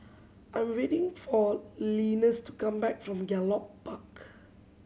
I am waiting for Linus to come back from Gallop Park